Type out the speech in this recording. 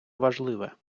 важливе